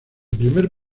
primer